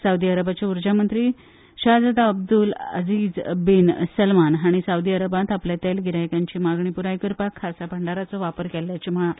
सावदी अरबाचे उर्जा मंत्री शाहजादा अब्दूल अजीज बीन सलमान हांणी सावदी अरबांत आपल्या तेल गिरायकांची मागणी प्राय करपाक खासा भंडाराचो वापर केल्ल्याचें म्हळां